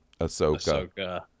ahsoka